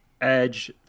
Edge